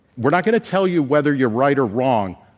we're not going to tell you whether you're right or wrong,